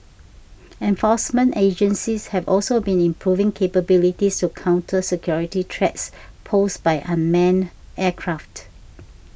enforcement agencies have also been improving capabilities to counter security threats posed by unmanned aircraft